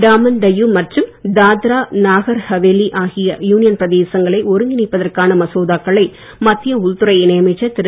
டாமன் டையூ மற்றும் தாத்ரா நாகர் ஹவேலி ஆகிய யூனியன் பிரதேசங்களை ஒருங்கிணைப்பதற்கான மசோதாக்களை மத்திய உள்துறை இணை அமைச்சர் திரு